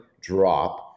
drop